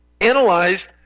analyzed